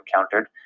encountered